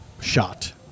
Shot